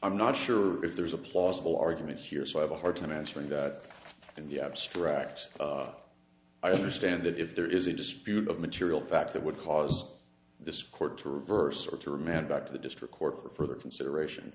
i'm not sure if there's a plausible argument here so i have a hard time answering that in the abstract i understand that if there is a dispute of material facts that would cause this court to reverse or to remand back to the district court for further consideration